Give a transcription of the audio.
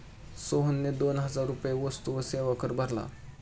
सोहनने दोन हजार रुपये वस्तू व सेवा कर भरला